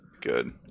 good